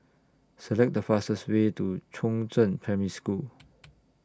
Select The fastest Way to Chongzheng Primary School